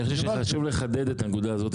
אני חושב שחשוב לחדד את הנקודה הזאת,